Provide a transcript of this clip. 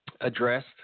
addressed